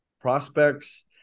prospects